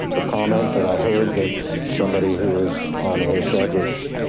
the comment that i heard that somebody who was on here said was